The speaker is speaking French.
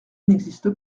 n’existe